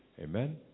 Amen